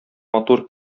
матур